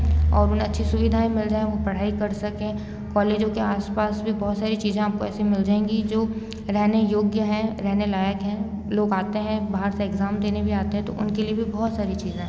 और उन्हें अच्छी सुविधाएं मिल जाएं वो पढ़ाई कर सकें कॉलेजों के आस पास भी बहुत सारी चीज़ें आपको ऐसी मिल जाएंगी जो रहने योग्य हैं रहने लायक हैं लोग आते हैं बाहर से एग्ज़ाम देने भी आते हैं तो उनके लिए भी बहुत सारी चीज़ें हैं